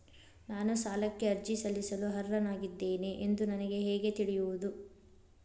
ನಾನು ಸಾಲಕ್ಕೆ ಅರ್ಜಿ ಸಲ್ಲಿಸಲು ಅರ್ಹನಾಗಿದ್ದೇನೆ ಎಂದು ನನಗೆ ಹೇಗೆ ತಿಳಿಯುವುದು?